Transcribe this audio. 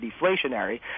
deflationary